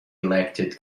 elected